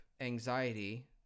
anxiety